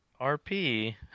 RP